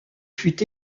fut